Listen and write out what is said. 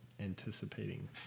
anticipating